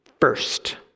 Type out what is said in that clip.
first